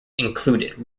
included